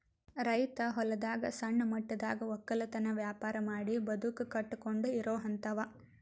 ರೈತ್ ಹೊಲದಾಗ್ ಸಣ್ಣ ಮಟ್ಟದಾಗ್ ವಕ್ಕಲತನ್ ವ್ಯಾಪಾರ್ ಮಾಡಿ ಬದುಕ್ ಕಟ್ಟಕೊಂಡು ಇರೋಹಂತಾವ